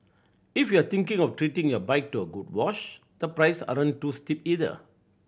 if you're thinking of treating your bike to a good wash the price aren't too steep either